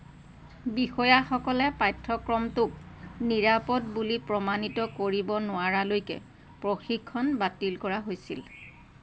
বিষয়াসকলে পাঠ্যক্ৰমটোক নিৰাপদ বুলি প্ৰমাণিত কৰিব নোৱাৰালৈকে প্ৰশিক্ষণ বাতিল কৰা হৈছিল